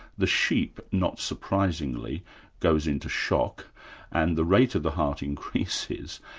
the sheep, not surprisingly goes into shock and the rate of the heart increases,